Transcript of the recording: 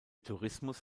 tourismus